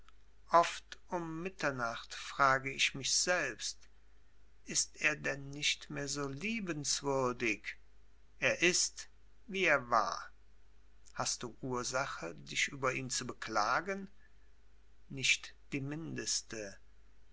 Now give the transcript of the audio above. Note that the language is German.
oft um mitternacht frage ich mich selbst ist er denn nicht mehr so liebenswürdig er ist wie er war hast du ursache dich über ihn zu beklagen nicht die mindeste